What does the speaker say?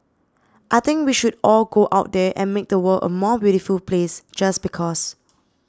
I think we should all go out there and make the world a more beautiful place just because